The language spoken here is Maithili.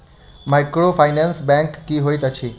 माइक्रोफाइनेंस बैंक की होइत अछि?